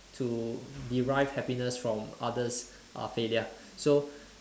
to derive happiness from others' uh failure so